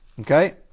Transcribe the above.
Okay